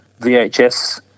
VHS